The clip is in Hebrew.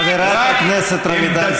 חברת הכנסת רויטל סויד,